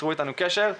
צרו איתנו קשר,